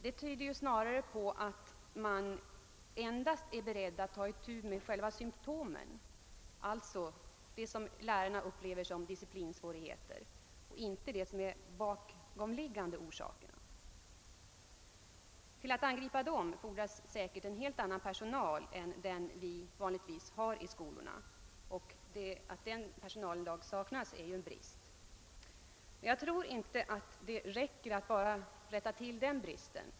Det tyder på att man snarare enbart är beredd att ta itu med själva symtomen, alltså det som lärarna upplever som disciplinsvårigheter, än med de bakomliggande orsakerna. För att angripa dem fordras säkerligen en helt annan personal än den vi vanligtvis har i skolorna. Att denna personal i dag saknas är en brist. Jag tror emellertid inte att det räcker att enbart rätta till denna brist.